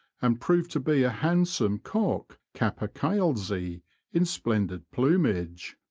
and proved to be a handsome cock capercailzie in splendid plumage.